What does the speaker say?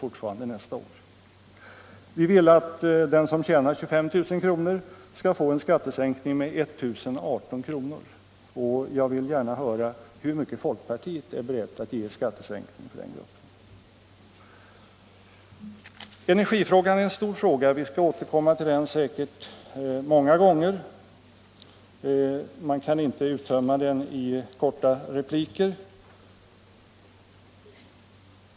ännu nästa år. Vi vill att den som tjänar 25 000 kr. skall få en skattesänkning med 1 018 kr., och jag vill gärna höra hur mycket folkpartiet är berett att ge i skattesänkning för den gruppen. Energifrågan är en stor fråga. Vi skall säkert återkomma till den många gånger. Man kan inte uttömma den i korta repliker.